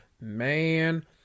Man